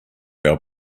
our